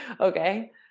Okay